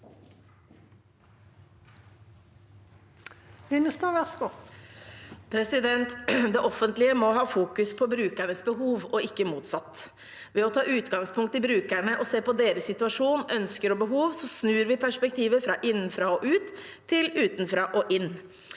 Det offent- lige må ha fokus på brukernes behov og ikke motsatt. Ved å ta utgangspunkt i brukerne og se på deres situasjon, ønsker og behov snur vi perspektivet fra innenfra og ut til utenfra og inn.